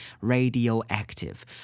radioactive